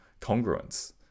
congruence